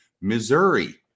Missouri